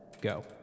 Go